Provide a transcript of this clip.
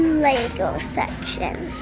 lego section?